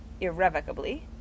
irrevocably